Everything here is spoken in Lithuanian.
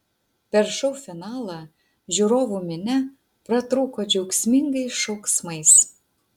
per šou finalą žiūrovų minia pratrūko džiaugsmingais šauksmais